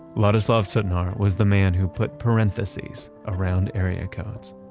ladislav sutnar was the man who put parentheses around area codes.